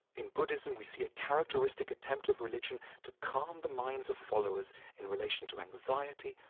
in buddhism we see a characteristic attempt of religion to calm the minds of followers in relation to anxiety,